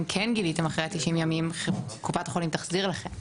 אם כן גיליתם אחרי ה-90 ימים קופת החולים תחזיר לכם,